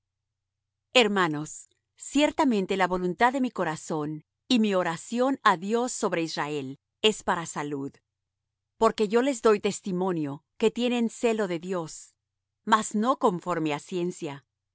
hermanos ciertamente la voluntad de mi corazón y mi oración á dios sobre israel es para salud porque yo les doy testimonio que tienen celo de dios mas no conforme á ciencia